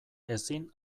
ezin